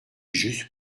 juste